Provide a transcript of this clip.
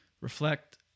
Reflect